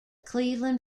cleveland